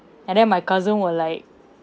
and then my cousin will like